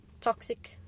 toxic